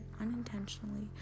unintentionally